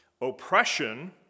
oppression